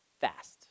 fast